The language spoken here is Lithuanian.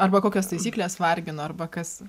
arba kokios taisyklės vargino arba kas